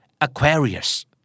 Aquarius